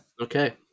Okay